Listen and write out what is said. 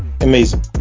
amazing